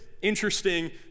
interesting